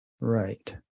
Right